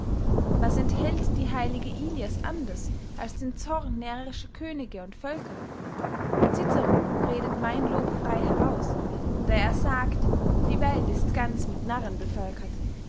was enthält die heilige ilias anders als den zorn närrischer könige und völker cicero redet mein lob frey heraus da er sagt die welt ist ganz mit narren bevölkert